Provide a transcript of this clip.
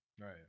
right